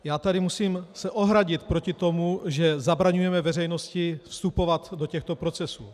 Já se tady musím ohradit proti tomu, že zabraňujeme veřejnosti vstupovat do těchto procesů.